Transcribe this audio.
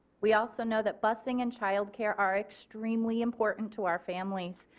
we also know that busing and childcare are extremely important to our families.